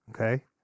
Okay